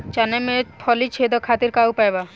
चना में फली छेदक खातिर का उपाय बा?